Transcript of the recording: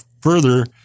further